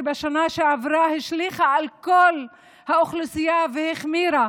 שבשנה שעברה השליכה על כל האוכלוסייה והחמירה